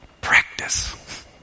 practice